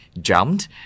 jumped